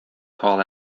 call